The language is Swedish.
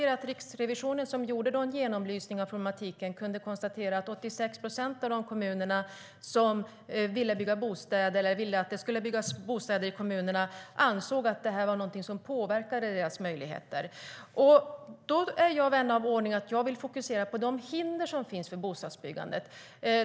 Riksrevisionen, som gjorde en genomlysning av problematiken, kunde konstatera att 86 procent av de kommuner som ville att det skulle byggas bostäder i kommunerna ansåg att det var någonting som påverkade möjligheterna till det. Som vän av ordning vill jag fokusera på de hinder som finns för bostadsbyggandet.